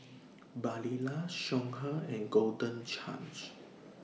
Barilla Songhe and Golden Chance